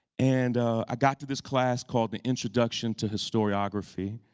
and i got to this class called the introduction to historiography.